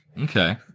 Okay